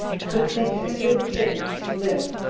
could think it a good thin to live,